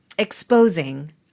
exposing